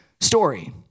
story